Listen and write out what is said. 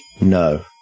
no